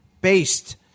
based